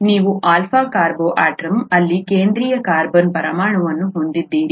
ನೀವು alpha carbon atom ಅಲ್ಲಿ ಕೇಂದ್ರೀಯ ಕಾರ್ಬನ್ ಪರಮಾಣುವನ್ನು ಹೊಂದಿದ್ದೀರಿ